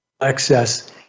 excess